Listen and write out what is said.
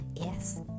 yes